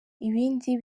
ibindi